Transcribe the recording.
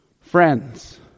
Friends